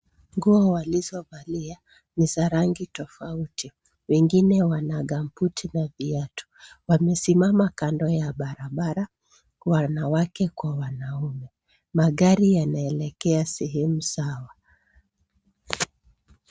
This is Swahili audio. Nguo walizovalia ni za rangi tofauti. Wengine wana gambuti na viatu, wamesimama kando ya barabara wanawake kwa wanaume. Magari yanaelekea sehemu sawa.